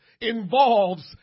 involves